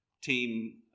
team